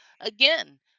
Again